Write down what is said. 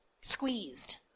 squeezed